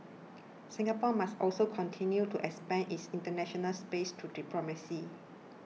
Singapore must also continue to expand its international space through diplomacy